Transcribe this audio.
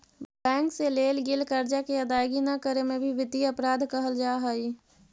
bank से लेल गेल कर्जा के अदायगी न करे में भी वित्तीय अपराध कहल जा हई